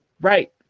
right